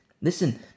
Listen